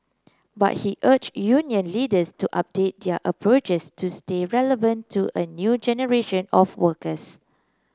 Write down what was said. but he urged union leaders to update their approaches to stay relevant to a new generation of workers